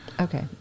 Okay